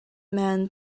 man